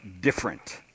different